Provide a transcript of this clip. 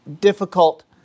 difficult